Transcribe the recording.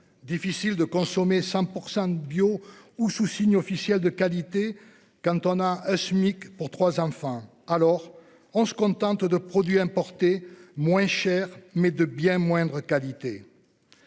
Difficile de consommer 100% bio ou sous signe officiel de qualité. Cantona SMIC pour trois enfants, alors on se contente de produits importés moins chers mais de bien moindre qualité.